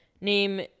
name